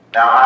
Now